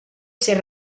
ser